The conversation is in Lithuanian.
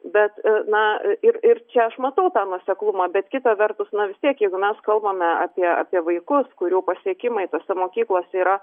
bet na ir ir čia aš matau tą nuoseklumą bet kita vertus na vis tiek jeigu mes kalbame apie apie vaikus kurių pasiekimai tose mokyklose yra